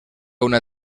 una